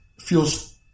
feels